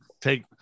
take